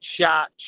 shot